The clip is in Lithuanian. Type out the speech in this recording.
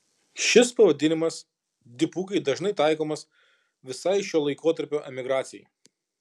šis pavadinimas dipukai dažnai taikomas visai šio laikotarpio emigracijai